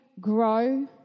grow